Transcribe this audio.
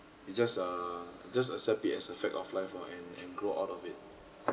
you just err just accept it as a fact of life lor and and grow out of it